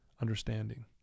understanding